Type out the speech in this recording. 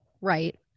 Right